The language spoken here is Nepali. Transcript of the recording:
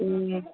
ए